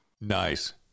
Nice